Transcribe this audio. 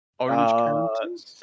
Orange